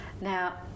now